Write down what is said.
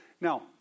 Now